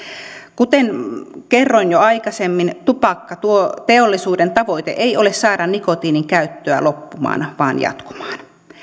kuten kerroin jo aikaisemmin tupakkateollisuuden tavoite ei ole saada nikotiinin käyttöä loppumaan vaan jatkumaan